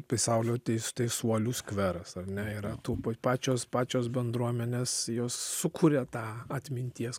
pasaulio tei teisuolių skveras ar ne yra tų pa pačios pačios bendruomenės jos sukuria tą atminties